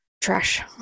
trash